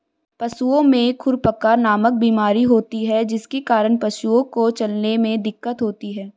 पशुओं में खुरपका नामक बीमारी होती है जिसके कारण पशुओं को चलने में दिक्कत होती है